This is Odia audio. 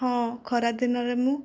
ହଁ ଖରାଦିନରେ ମୁଁ